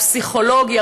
הפסיכולוגי,